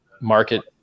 market